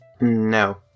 No